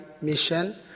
mission